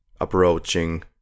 approaching